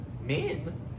men